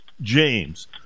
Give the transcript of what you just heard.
James